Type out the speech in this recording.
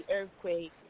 Earthquake